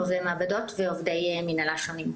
עובדי מעבדות ועובדי מנהלה שונים.